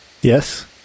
Yes